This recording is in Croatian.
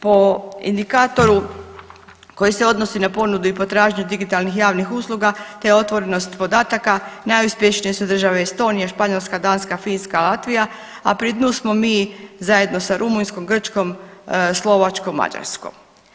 Po indikatoru koji se odnosi na ponudu i potražnju digitalnih javnih usluga te otvorenost podataka najuspješnije su države Estonije, Španjolska, Danska, Finska, Latvija, a pri dnu smo mi zajedno sa Rumunjskom, Grčkom, Slovačkom, Mađarskom.